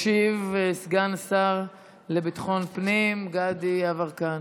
ישיב סגן השר לביטחון פנים גדי יברקן.